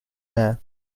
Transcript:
air